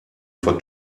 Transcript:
for